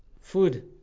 food